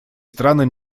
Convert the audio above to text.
страны